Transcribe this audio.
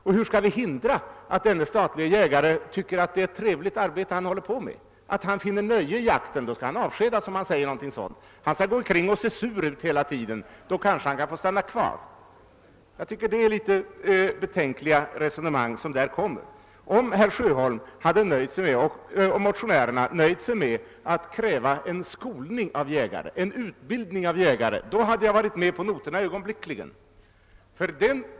Och hur skall vi hindra att denne statlige jägare tycker att det är ett trevligt arbete han håller på med, att han finner nöje i jakten? Säger han någonting sådant, skall han avskedas! Han skall alltså gå omkring och se sur ut hela tiden; då kanske han kan få behålla sitt arbete. Jag tycker det är ett betänkligt resonemang. Om motionärerna hade nöjt sig med att kräva utbildning av jägare, skulle jag ögonblickligen ha varit med på noterna, ty där brister det.